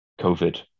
COVID